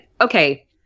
okay